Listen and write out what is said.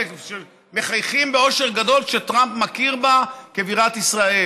ומחייכים באושר גדול כשטראמפ מכיר בה כבירת ישראל,